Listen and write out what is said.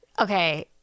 Okay